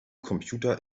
computer